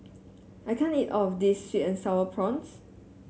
I can't eat all of this sweet and sour prawns